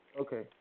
Okay